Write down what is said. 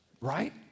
right